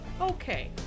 Okay